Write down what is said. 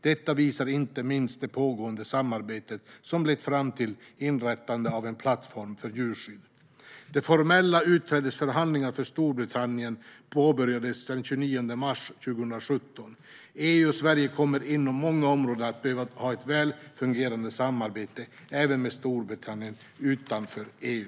Detta visar inte minst det pågående samarbete som lett fram till inrättandet av en plattform för djurskydd. De formella utträdesförhandlingarna för Storbritannien påbörjades den 29 mars 2017. EU och Sverige kommer inom många områden att behöva ha ett väl fungerande samarbete med Storbritannien även när landet står utanför EU.